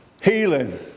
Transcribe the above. healing